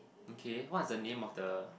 okay what's the name of the